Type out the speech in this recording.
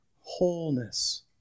Wholeness